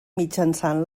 mitjançant